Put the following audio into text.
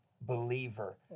believer